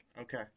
Okay